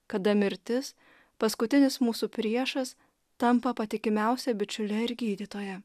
kada mirtis paskutinis mūsų priešas tampa patikimiausia bičiule ir gydytoja